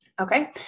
Okay